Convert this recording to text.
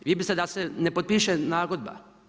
Vi biste da se ne potpiše nagodba.